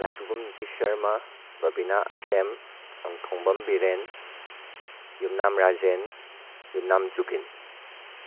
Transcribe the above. ꯂꯥꯏꯄꯨꯕꯝ ꯅꯤꯇꯤꯁ ꯁꯔꯝꯃ ꯕꯕꯤꯅꯥ ꯑꯁꯦꯝ ꯅꯣꯡꯊꯣꯝꯕꯝ ꯕꯤꯔꯦꯟ ꯌꯨꯝꯅꯥꯝ ꯔꯥꯖꯦꯟ ꯌꯨꯝꯅꯥꯝ ꯖꯨꯒꯤꯟ